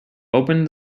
opened